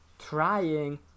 trying